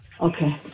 Okay